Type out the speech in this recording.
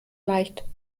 leicht